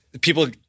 people